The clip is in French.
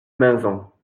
maisons